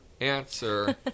answer